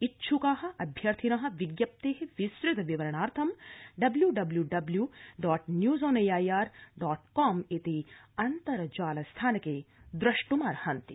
इच्छुकाः अभ्यर्थिनः विज्ञप्तेः विस्तृत विवरणार्थ W W W dot news on AIR dot com इति अन्तर्जाल स्थानके द्रष्ट्मर्हन्ति